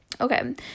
Okay